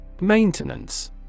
Maintenance